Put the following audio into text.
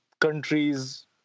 countries